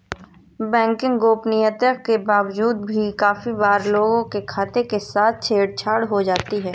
banking गोपनीयता के बावजूद भी काफी बार लोगों के खातों के साथ छेड़ छाड़ हो जाती है